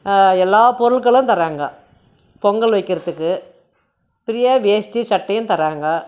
எல்லா பொருட்களும் தராங்க பொங்கல் வைக்கிறதுக்கு ஃப்ரீயாக வேஸ்ட்டி சட்டையும் தராங்க